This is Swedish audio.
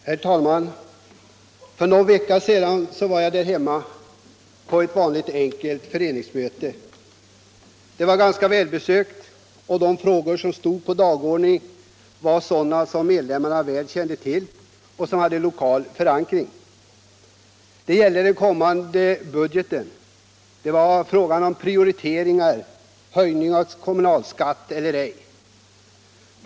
Herr talman! För någon vecka sedan var jag där hemma på ett vanligt, enkelt föreningsmöte. Det var ganska välbesökt, och de frågor som stod på dagordningen var sådana som medlemmarna väl kände till och som hade lokal förankring. Det gällde den kommunala budgeten — frågan om Pprioriteringar, höjning av kommunalskatten eller ej.